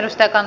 merkitään